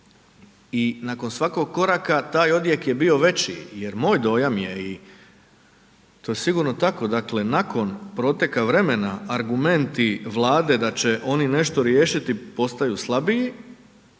i nakon svakog koraka, taj odjek je bio veći jer moj dojam je i to sigurno je tako, dakle nakon proteka vremena argumenti Vlade da će oni nešto riješiti, postaju slabiji,